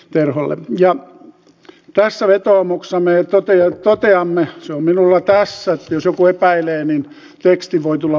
terholle ja päässä vetoomuksen ei tauteja toteamme on minulla päässä jos joku epäilee niin tekstin voi tulla